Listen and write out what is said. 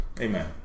Amen